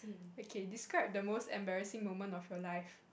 okay describe the most embarrassing moment of your life